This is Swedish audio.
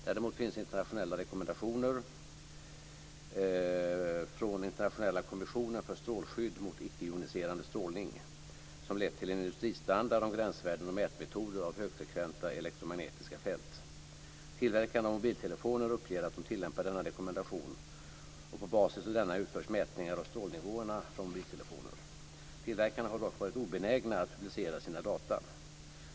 Däremot finns internationella rekommendationer från Internationella kommissionen för strålskydd mot icke-joniserande strålning, ICNIRP, som lett till en industristandard om gränsvärden och mätmetoder av högfrekventa elektromagnetiska fält. Tillverkarna av mobiltelefoner uppger att de tillämpar denna rekommendation, och på basis av denna utförs mätningar av strålningsnivåerna från mobiltelefoner. Tillverkarna har dock varit obenägna att publicera sina data.